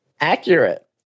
accurate